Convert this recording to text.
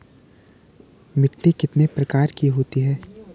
मिट्टी कितने प्रकार की होती है?